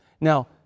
Now